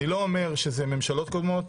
אני לא אומר שזה ממשלות קודמות,